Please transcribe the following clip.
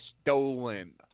stolen